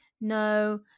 no